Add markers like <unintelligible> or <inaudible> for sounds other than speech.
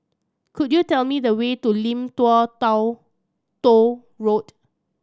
could you tell me the way to Lim Tua <unintelligible> Tow Road